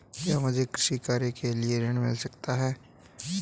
क्या मुझे कृषि कार्य के लिए ऋण मिल सकता है?